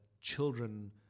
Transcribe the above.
children